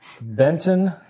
Benton